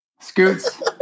Scoots